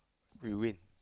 we win